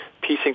piecing